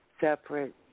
separate